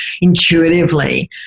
intuitively